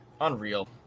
unreal